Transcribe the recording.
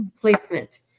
placement